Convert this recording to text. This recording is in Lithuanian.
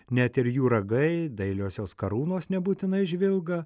net ir jų ragai dailiosios karūnos nebūtinai žvilga